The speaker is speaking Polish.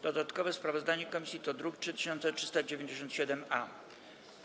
Dodatkowe sprawozdanie komisji to druk nr 3397-A.